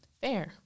fair